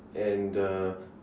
and the